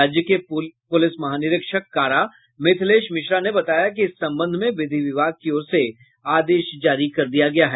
राज्य के पुलिस महानिरीक्षक कारा मिथलेश मिश्रा ने बताया कि इस संबंध में विधि विभाग की ओर से आदेश जारी कर दिया गया है